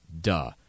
Duh